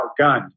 outgunned